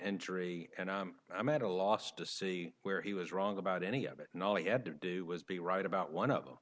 and jury and i'm at a loss to see where he was wrong about any of it and all you had to do was be right about one of them